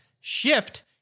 Shift